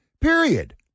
Period